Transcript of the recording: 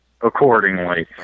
accordingly